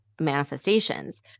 manifestations